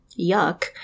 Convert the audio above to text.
yuck